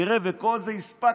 תראה, את כל זה הספקתם